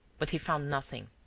but he found nothing,